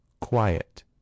quiet